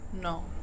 No